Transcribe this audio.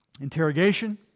interrogation